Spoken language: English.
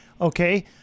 Okay